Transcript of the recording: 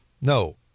No